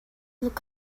look